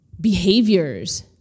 behaviors